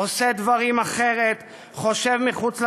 עושה דברים אחרת, חושב מחוץ לקופסה,